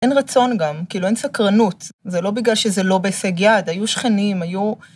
אין רצון גם, כאילו אין סקרנות, זה לא בגלל שזה לא בהישג יד, היו שכנים, היו...